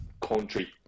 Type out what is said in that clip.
country